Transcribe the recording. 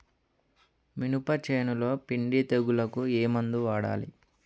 మినప చేనులో పిండి తెగులుకు ఏమందు వాడాలి?